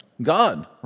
God